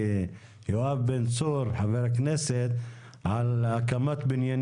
חבר הכנסת בן צור,